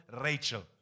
Rachel